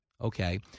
okay